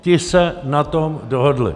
Ti se na tom dohodli.